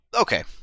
Okay